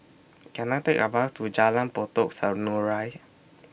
Can I Take A Bus to Jalan Pokok Serunai